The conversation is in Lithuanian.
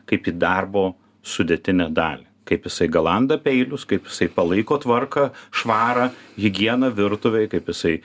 kaip į darbo sudėtinę dalį kaip jisai galanda peilius kaip jisai palaiko tvarką švarą higieną virtuvėj kaip jisai